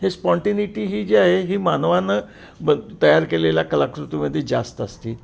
हे स्पॉनटिनिटी ही जी आहे ही मानवनं ब तयार केलेल्या कलाकृतीमध्ये जास्त असते